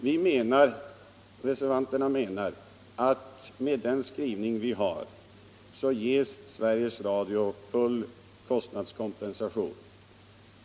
Vi reservanter menar att Sveriges Radio, med den skrivning vi har, ges full kompensation för kostnadsökningarna.